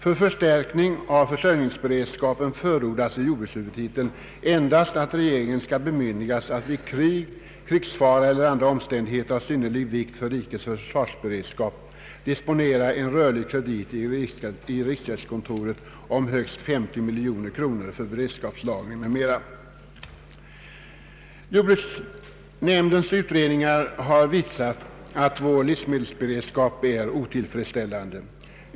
För förstärkning av försörjningsberedskapen förordas i jordbrukshuvudtiteln endast att regeringen skall bemyndigas att vid krig, krigsfara eller andra omständigheter av synnerlig vikt för rikets försvarsberedskap disponera en rörlig kredit i riksgäldskontoret om högst 50 miljoner kronor för beredskapslagring m.m. Jordbruksnämndens utredningar har visat att vår livsmedelsberedskap är otillfredsställande.